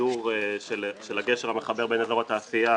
גידור של הגשר שמחבר בין אזור התעשייה